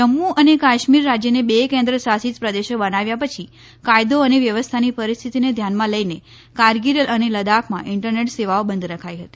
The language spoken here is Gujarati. જમ્મુ અને કાશ્મીર રાજ્યને બે કેન્દ્ર શાસિત પ્રદેશો બનાવ્યા પછી કાયદો અને વ્યવસ્થાની પરિસ્થિતિને ધ્યાનમાં લઈને કારગીલ અને લદ્દાખમાં ઇન્ટરનેટ સેવાઓ બંધ રખાઈ હતી